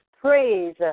praise